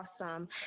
awesome